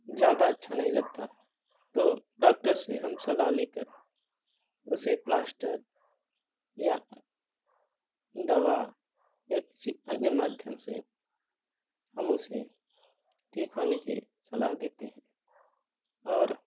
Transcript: ज़्यादा अच्छा नहीं लगता तो डॉक्टर से हम सलाह लेकर उसे प्लास्टर या दवा एक ची अन्य माध्यम से हम उसे ठीक होने की सलाह देते और